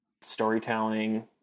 Storytelling